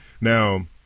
Now